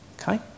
Okay